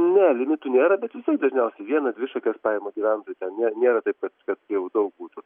ne limitų nėra bet vis tiek dažniausiai vieną dvi šakas paima gyventojai ten nė nėra taip kad kad jau daug būtų